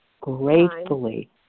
Gratefully